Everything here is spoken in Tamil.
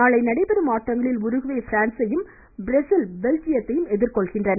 நாளை நடைபெறும் ஆட்டங்களில் உருகுவே பிரான்ஸையும் பிரேஸில் பெல்ஜியத்தையும் எதிர்கொள்கின்றன